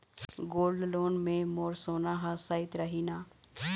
Gold loan मे मोर सोना हा सइत रही न?